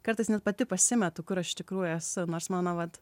kartais net pati pasimetu kur aš iš tikrųjų esu nors mano vat